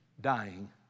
dying